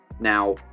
Now